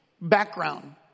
background